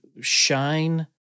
shine